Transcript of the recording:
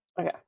Okay